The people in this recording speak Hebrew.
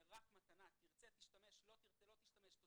זו רק מתנה תרצה תשתמש לא תרצה לא תשתמש,